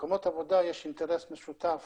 למקומות עבודה יש אינטרס משותף